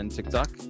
TikTok